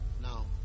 Now